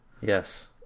Yes